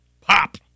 Pop